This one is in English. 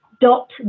dot